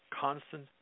constant